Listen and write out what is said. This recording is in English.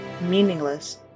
meaningless